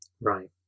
right